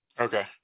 Okay